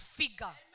figure